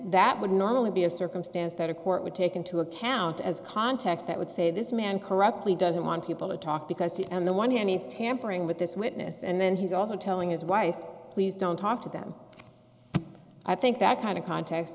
that would normally be a circumstance that a court would take into account as context that would say this man corruptly doesn't want people to talk because he and the one hand he's tampering with this witness and then he's also telling his wife please don't talk to them i think that kind of conte